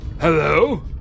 hello